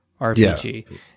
RPG